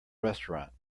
restaurant